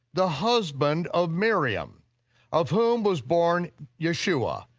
the husband of miriam of whom was born yeshua,